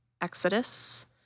Exodus